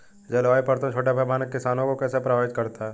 जलवायु परिवर्तन छोटे पैमाने के किसानों को कैसे प्रभावित करता है?